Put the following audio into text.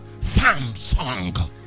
samsung